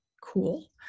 cool